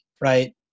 right